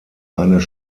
eines